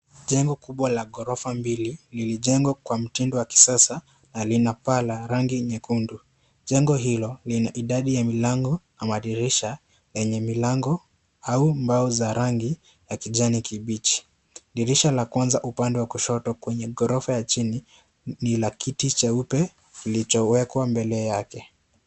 Jengo kubwa la ghorofa mbili lilijengwa kwa mtindo wa kisasa na linapaa la rangi nyekundu, jengo hilo linaidadi ya milango na madirisha yenye milango au mbao za rangi ya kijani kibichi, dirisha la kwanza upande wa kushoto kwenye ghorofa la chini lina kiti cheupe kilichowekwa mbele yake.